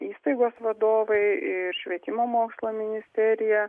įstaigos vadovai ir švietimo mokslo ministerija